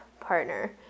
partner